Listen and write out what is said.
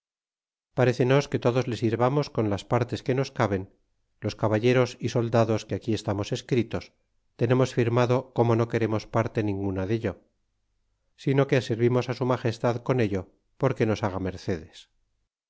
parécenos que todos le sirvamos con las partes que nos caben los caballeros y soldados que aquí estamos escritos tenemos firmado como no queremos parte ninguna dello sino que servimos á su magestad con ello porque nos haga mercedes